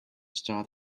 start